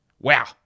Wow